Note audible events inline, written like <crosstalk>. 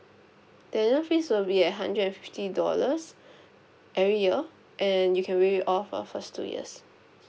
the annual fees will be at hundred and fifty dollars <breath> every year and you can waive it off for the first two years